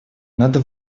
надо